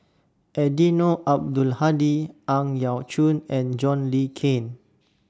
Eddino Abdul Hadi Ang Yau Choon and John Le Cain